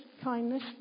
kindness